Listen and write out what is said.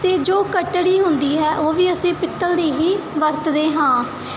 ਅਤੇ ਜੋ ਕੱਟੜੀ ਹੁੰਦੀ ਹੈ ਉਹ ਵੀ ਅਸੀਂ ਪਿੱਤਲ ਦੀ ਹੀ ਵਰਤਦੇ ਹਾਂ